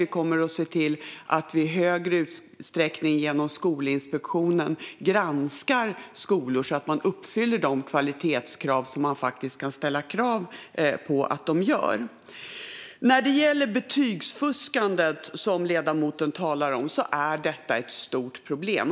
Vi kommer att se till att vi i högre utsträckning genom Skolinspektionen granskar skolor så att de uppfyller de kvalitetskrav man faktiskt kan ha på dem. Betygsfusket, som ledamoten talar om, är ett stort problem.